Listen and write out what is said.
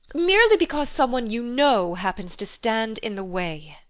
merely because some one you know happens to stand in the way!